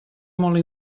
molt